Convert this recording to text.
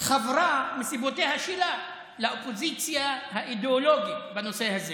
חברה מסיבותיה שלה לאופוזיציה האידיאולוגית בנושא הזה,